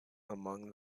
among